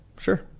Sure